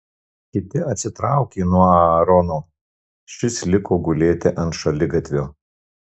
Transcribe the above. kiti atsitraukė nuo aarono šis liko gulėti ant šaligatvio